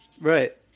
right